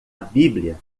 bíblia